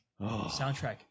soundtrack